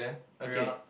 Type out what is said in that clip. okay